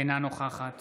אינה נוכחת